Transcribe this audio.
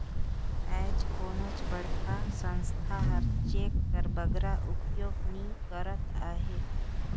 आएज कोनोच बड़खा संस्था हर चेक कर बगरा उपयोग नी करत अहे